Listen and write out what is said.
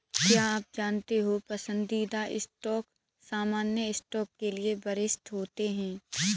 क्या आप जानते हो पसंदीदा स्टॉक सामान्य स्टॉक के लिए वरिष्ठ होते हैं?